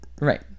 right